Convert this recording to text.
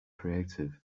creative